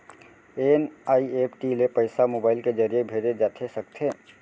NEFT ले पइसा mobile के ज़रिए भेजे जाथे सकथे?